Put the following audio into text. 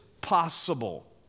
possible